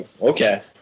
Okay